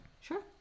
sure